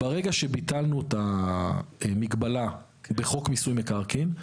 ברגע שביטלנו את המגבלה בחוק מיסוי מקרקעין,